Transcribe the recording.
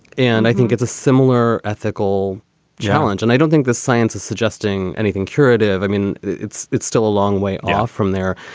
and i think it's a similar ethical challenge and i don't think the science is suggesting anything curative. i mean it's it's still a long way off from there.